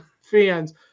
fans